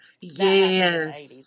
Yes